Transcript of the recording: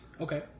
Okay